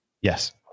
Yes